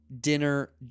dinner